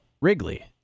Wrigley